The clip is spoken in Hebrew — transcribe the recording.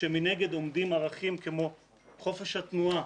כשמנגד עומדים ערכים כמו חופש התנועה,